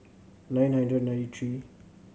nine hundred ninety three